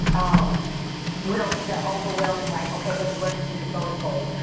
um we don't see the overwhelming, like, ok. let's rush to these voting polls.